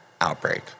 outbreak